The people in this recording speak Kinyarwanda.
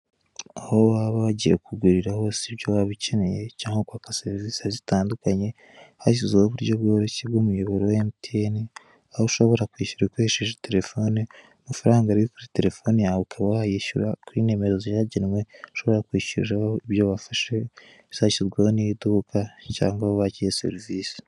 Aho waba wagiye kugurira hose ibyo waba ukeneye cyangwa kwaka serivise zitandukanye, hashizweho uburyo bworoshye bw'umuyoboro wa MTN, aho ushobora kuba wakwishyura ukoresheje telefoni, amafaranga ari kuri telefoni yawe ukaba wayishyura kuri nimero zagenwe ushobora kwishyuriraho ibyo wafashe zashyizweho n'iduka cyangwa aho wakiye serivise.